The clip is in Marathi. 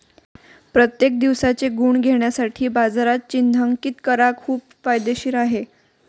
प्रत्येक दिवसाचे गुण घेण्यासाठी बाजारात चिन्हांकित करा खूप फायदेशीर आहे